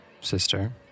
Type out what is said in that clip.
sister